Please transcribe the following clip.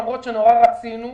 למרות שנורא רצינו,